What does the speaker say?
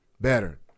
better